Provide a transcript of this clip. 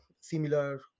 similar